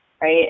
right